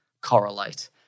correlate